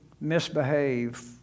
misbehave